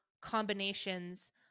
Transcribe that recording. combinations